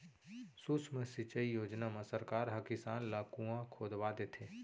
सुक्ष्म सिंचई योजना म सरकार ह किसान ल कुँआ खोदवा देथे